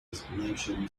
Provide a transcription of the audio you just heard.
designation